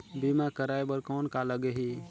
बीमा कराय बर कौन का लगही?